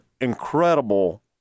incredible